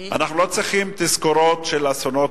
אנחנו לא צריכים תזכורות של אסונות